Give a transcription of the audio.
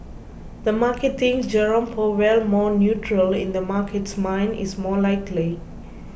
the market thinks Jerome Powell more neutral in the market's mind is more likely